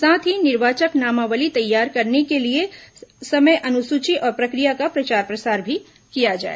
साथ ही निर्वाचक नामावली तैयार करने के लिए समय अनुसूची और प्रक्रिया का प्रचार प्रसार भी किया जाए